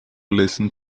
listen